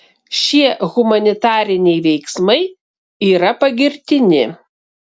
šie humanitariniai veiksmai yra pagirtini